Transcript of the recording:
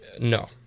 No